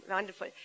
wonderful